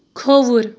کھووُر